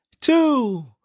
two